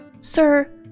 Sir